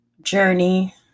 journey